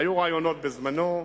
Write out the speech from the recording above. היו רעיונות בעבר,